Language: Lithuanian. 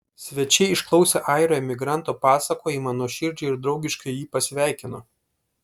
svečiai išklausę airio emigranto pasakojimą nuoširdžiai ir draugiškai jį pasveikino